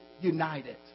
united